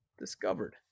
discovered